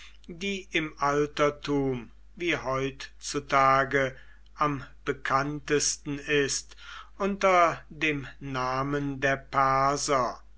die im altertum wie heutzutage am bekanntesten ist unter dem namen der